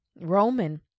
roman